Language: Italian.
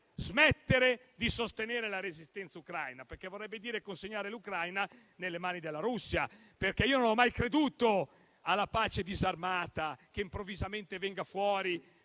smettere di sostenere la resistenza ucraina, perché vorrebbe dire consegnare l'Ucraina nelle mani della Russia. Io non ho mai creduto alla pace disarmata che improvvisamente venga fuori